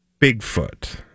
Bigfoot